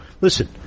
Listen